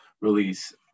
release